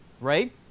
right